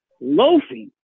loafing